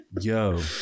yo